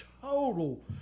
total